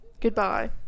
Goodbye